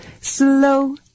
slow